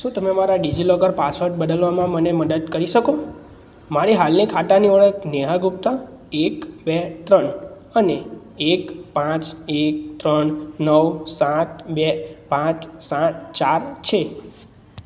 શું તમે મારો ડિજિલોકર પાસવર્ડ બદલવામાં મને મદદ કરી શકો મારી હાલની ખાતાની ઓળખ નેહા ગુપ્તા એક બે ત્રણ અને એક પાંચ ત્રણ નવ સાત બે પાંચ સાત ચાર છે